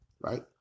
right